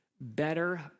better